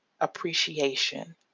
appreciation